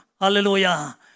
Hallelujah